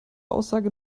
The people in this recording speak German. aussage